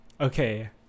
Okay